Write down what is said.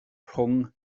rhwng